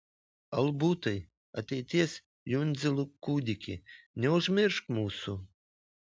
albutai ateities jundzilų kūdiki neužmiršk mūsų